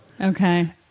Okay